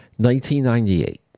1998